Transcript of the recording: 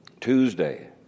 Tuesday